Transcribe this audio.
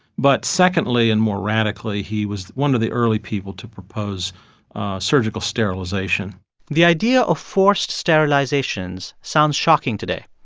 but secondly and more radically, he was one of the early people to propose surgical sterilization the idea of forced sterilizations sounds shocking today.